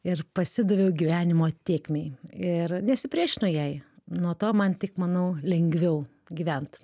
ir pasidaviau gyvenimo tėkmei ir nesipriešinu jai nuo to man tik manau lengviau gyvent